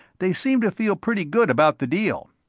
they seem to feel pretty good about the deal.